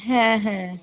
হ্যাঁ হ্যাঁ